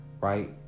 Right